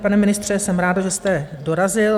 Pane ministře, jsem ráda, že jste dorazil.